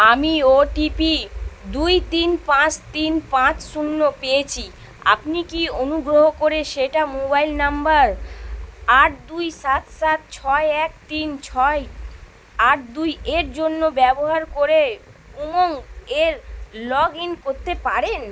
আমি ওটিপি দুই তিন পাঁচ তিন পাঁচ শূন্য পেয়েছি আপনি কি অনুগ্রহ করে সেটা মোবাইল নাম্বার আট দুই সাত সাত সাত ছয় এক তিন ছয় আট দুই এর জন্য ব্যবহার করে উমঙ্গ এর লগ ইন করতে পারেন